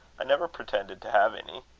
i never pretended to have any.